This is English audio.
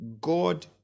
God